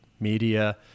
media